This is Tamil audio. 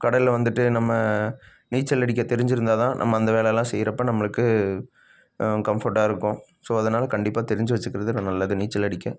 கடலில் வந்துட்டு நம்ம நீச்சல் அடிக்க தெரிஞ்சுருந்தாதான் நம்ம அந்த வேலைலெல்லாம் செய்கிறப்ப நம்மளுக்கு கம்ஃபர்டாக இருக்கும் ஸோ அதனால் கண்டிப்பாக தெரிஞ்சு வைச்சிக்கிறது ந நல்லது நீச்சலடிக்க